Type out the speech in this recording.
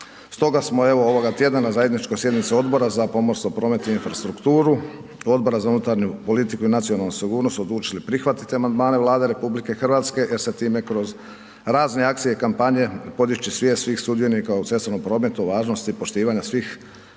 Stoga smo evo ovoga tjedna na zajedničkoj sjednici Odbora za pomorstvo, promet i infrastrukturu, Odbora za unutarnju politiku i nacionalnu sigurnosti odlučili prihvatiti amandmane Vlade RH i sa time kroz razne akcije i kampanje podići svijest svih sudionika u cestovnom prometu, važnosti i poštivanja svih